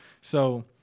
So-